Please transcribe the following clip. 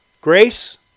grace